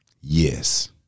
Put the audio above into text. Yes